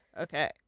Okay